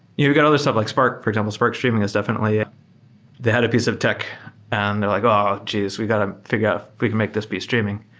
yeah we got other stuff like spark, for example. spark streaming has definitely they had a piece of tech and they're like um ah geez! we got to figure out if we can make this piece streaming.